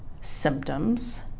symptoms